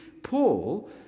Paul